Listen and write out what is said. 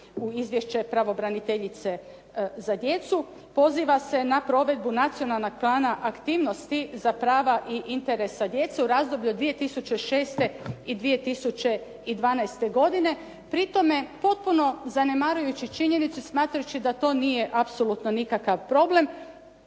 izvješće pravobraniteljice za djecu, poziva se na provedbu nacionalna ... /Govornik se ne razumije./ ... aktivnosti za prava i interes djece za razdoblje od 2006. i 2012. godine. Pri tome potpuno zanemarujući činjenicu i smatrajući da to nije apsolutno nikakav problem,